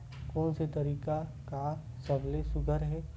कोन से तरीका का सबले सुघ्घर हे?